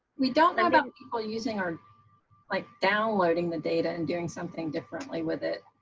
we don't know about people using, um like downloading the data and doing something differently with it,